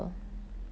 part time